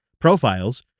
profiles